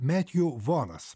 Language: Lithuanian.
metju vonas